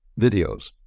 videos